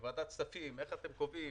בוועדת הכספים: איך אתם קובעים,